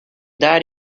died